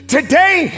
Today